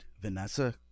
Vanessa